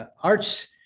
arts